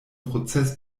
prozess